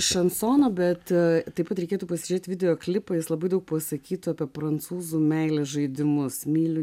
šansono bet taip pat reikėtų pasižiūrėti video klipą jis labai daug pasakytų apie prancūzų meilės žaidimus myliu